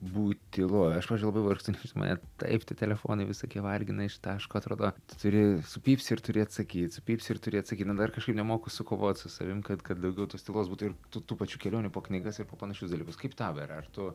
būt tyloj aš pavyzdžiui labai vargstu nes mane taip tie telefonai visokie vargina ištaško atrodo tu turi supypsi ir turi atsakyt supypsi ir turi atsakyt na dar kažkaip nemoku sukovot su savimi kad kad daugiau tos tylos būtų ir tų tų pačių kelionių po knygas ir po panašius dalykus kaip tau yra ar tu